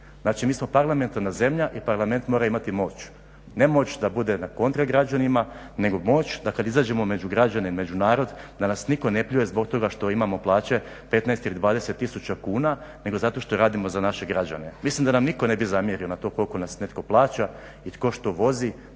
Znači mi smo parlamentarna zemlja i Parlament mora imati moć, ne moć da bude na kontra građanima, nego moć da kada izađemo među građane i među narod da nas nitko ne pljuje zbog toga što imamo plaće 15 ili 20 tisuća kuna, nego zato što radimo za naše građane. Mislim da nam nitko ne bi zamjerio na to koliko nas netko plaća i tko što vozi,